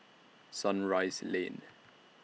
Sunrise Lane